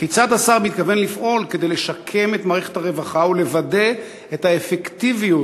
כיצד השר מתכוון לפעול כדי לשקם את מערכת הרווחה ולוודא את האפקטיביות